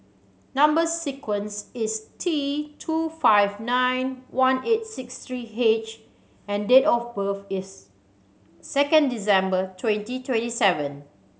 number sequence is T two five nine one eight six three H and date of birth is second December twenty twenty seven